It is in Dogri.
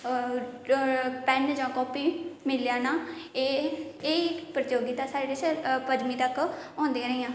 पेन जां काॅपी मिली जाना एह् एह् इक प्रतियोगिता साढ़े च पंजमी तक होंदियां रेहियां